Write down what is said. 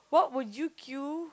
what would you queue